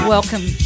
Welcome